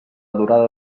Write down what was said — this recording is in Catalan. durada